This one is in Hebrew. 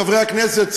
חברי הכנסת,